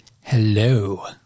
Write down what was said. hello